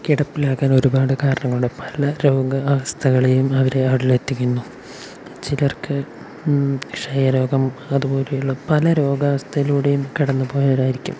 കിടപ്പിലാകാൻ ഒരുപാട് കാരണങ്ങളും പല രോഗ അവസ്ഥകളെയും അവർ അവരിൽ എത്തിക്കുന്നു ചിലർക്ക് ക്ഷയരോഗം അതുപോലെയുള്ള പല രോഗാവസ്ഥയിലൂടെയും കടന്ന് പോയവരായിരിക്കും